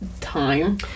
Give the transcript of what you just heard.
time